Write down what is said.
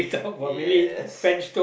yes